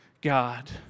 God